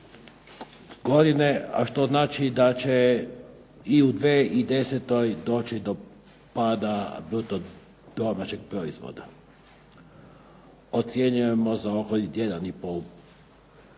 a što znači da će i u 2010. doći do pada bruto domaćeg proizvoda. Ocjenjujemo za oko 1